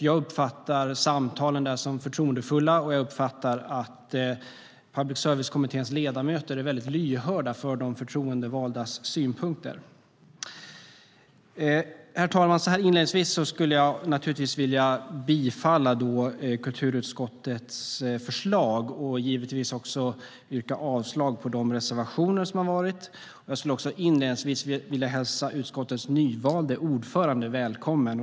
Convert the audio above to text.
Jag uppfattar samtalen där som förtroendefulla och att Public service-kommitténs ledamöter är väldigt lyhörda för de förtroendevaldas synpunkter. Herr talman! Så här inledningsvis skulle jag naturligtvis vilja yrka bifall till kulturutskottets förslag och givetvis yrka avslag på reservationerna. Jag skulle också inledningsvis vilja hälsa utskottets nyvalde ordförande välkommen.